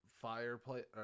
fireplace